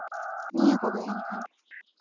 ᱱᱤᱭᱟᱹ ᱠᱚᱜᱮ ᱮᱱᱠᱷᱟᱱ